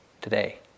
today